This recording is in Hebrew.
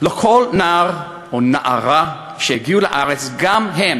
לכל נער ונערה שיגיעו לארץ גם הם